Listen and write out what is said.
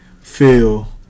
feel